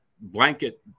blanket